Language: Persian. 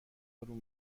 آروم